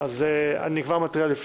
כבר מתריע.